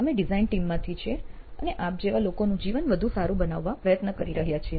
અમે design team માંથી છીએ અને આપ જેવા લોકોનું જીવન વધુ સારું બનાવવા પ્રયત્ન કરી રહ્યા છીએ